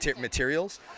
materials